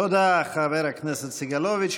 תודה, חבר הכנסת סגלוביץ'.